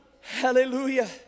hallelujah